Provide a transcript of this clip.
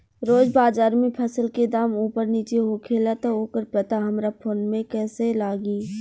रोज़ बाज़ार मे फसल के दाम ऊपर नीचे होखेला त ओकर पता हमरा फोन मे कैसे लागी?